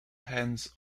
hands